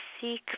seek